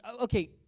okay